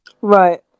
Right